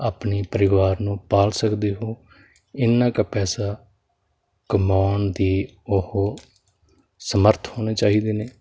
ਆਪਣੀ ਪਰਿਵਾਰ ਨੂੰ ਪਾਲ ਸਕਦੇ ਹੋ ਇੰਨਾ ਕੁ ਪੈਸਾ ਕਮਾਉਣ ਦੀ ਉਹ ਸਮਰਥ ਹੋਣੇ ਚਾਹੀਦੇ ਨੇ